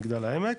מגדל העמק.